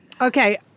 okay